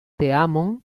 teamon